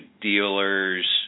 dealers